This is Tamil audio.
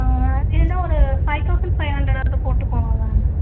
இல்லைன்னா ஒரு ஃபைவ் தௌசண்ட் ஃபைவ் ஹண்ட்ரடாவது போட்டுக்கோங்க மேம்